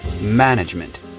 management